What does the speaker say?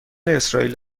اسرائیل